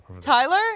Tyler